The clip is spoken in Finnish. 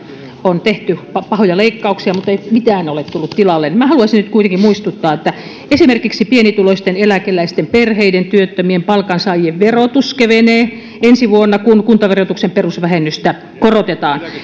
on tehty pahoja leikkauksia mutta ei mitään ole tullut tilalle minä haluaisin nyt kuitenkin muistuttaa että esimerkiksi pienituloisten eläkeläisten perheiden työttömien palkansaajien verotus kevenee ensi vuonna kun kuntaverotuksen perusvähennystä korotetaan